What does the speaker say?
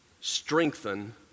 Strengthen